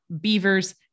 beavers